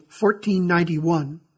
1491